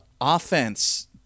offense